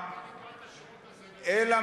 אלא מה?